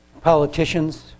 Politicians